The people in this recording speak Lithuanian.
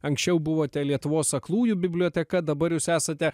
anksčiau buvote lietuvos aklųjų biblioteka dabar jūs esate